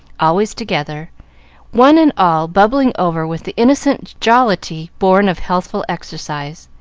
always together one and all bubbling over with the innocent jollity born of healthful exercise.